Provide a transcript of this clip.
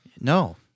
No